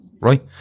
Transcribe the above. right